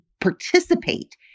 participate